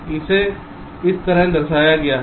इसे इस तरह दर्शाया गया है